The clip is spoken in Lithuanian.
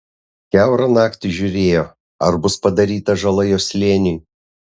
kiaurą naktį žiūrėjo ar bus padaryta žala jo slėniui